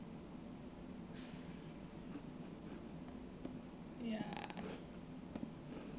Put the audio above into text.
ya